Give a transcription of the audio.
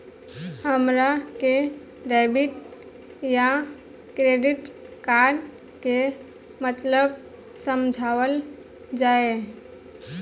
हमरा के डेबिट या क्रेडिट कार्ड के मतलब समझावल जाय?